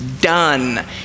done